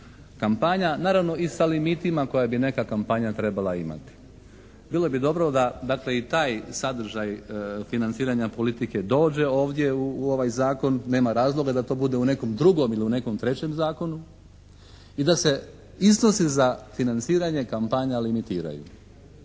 se ne razumije./ … koja bi neka kampanja trebala imati. Bilo bi dobro dakle i taj sadržaj financiranja politike dođe u ovaj zakon. Nema razloga da to bude u nekom drugom ili u nekom trećem zakonu i da se iznosi za financiranje kampanja limitiraju.